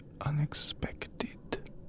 Unexpected